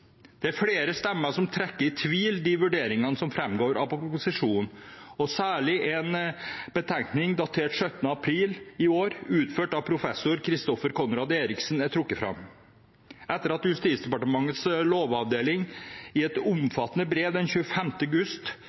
Det er flere stemmer som trekker i tvil de vurderingene som framgår av proposisjonen, og særlig en betenkning datert 17. april i år, utført av professor Christoffer Conrad Eriksen, er trukket fram. Etter at Justisdepartementets lovavdeling i et omfattende brev den 25. august